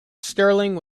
sterling